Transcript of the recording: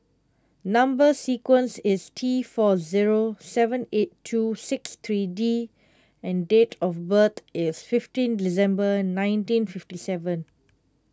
Number Sequence is T four zero seven eight two six three D and date of birth is fifteen December nineteen fifty seven